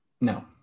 No